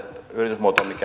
yritysmuotoon mikä